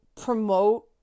promote